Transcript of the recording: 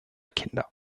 kinder